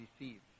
receive